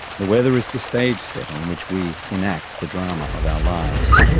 the weather is the stage set on which we enact the drama of our lives.